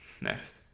next